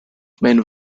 men